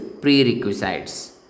prerequisites